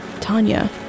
Tanya